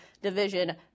division